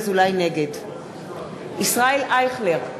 נגד ישראל אייכלר,